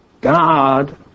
God